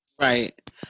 Right